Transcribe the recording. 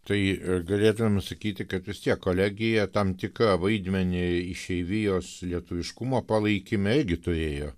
tai galėtumėm sakyti kad vis tiek kolegija tam tikrą vaidmenį išeivijos lietuviškumo palaikyme irgi turėjo